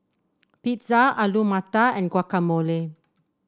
Pizza Alu Matar and Guacamole